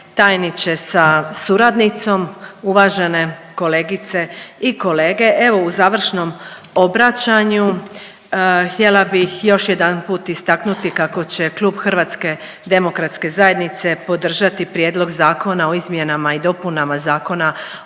tajniče sa suradnicom, uvažene kolegice i kolege, evo u završnom obraćanju htjela bih još jedanput istaknuti kako će Klub HDZ-a podržati Prijedlog Zakona o izmjenama i dopunama Zakona